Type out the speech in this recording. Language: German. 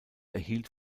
erhielt